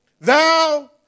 Thou